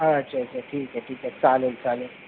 अच्छा अच्छा ठीक आहे ठीक आहे चालेल चालेल